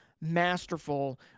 masterful